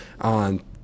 on